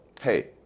hey